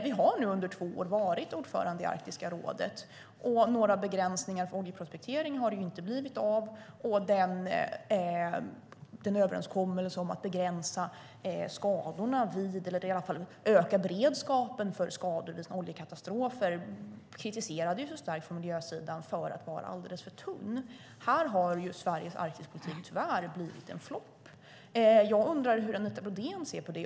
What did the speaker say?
Sverige har under två år varit ordförande i Arktiska rådet, och några begränsningar för oljeprospektering har inte blivit av. Överenskommelsen om att begränsa skadorna, eller i alla fall öka beredskapen för skador, vid oljekatastrofer har ju kritiserats starkt från miljöhåll för att vara alldeles för tunn. Här har Sveriges Arktisbeting tyvärr blivit en flopp. Hur ser Anita Brodén på det?